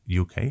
UK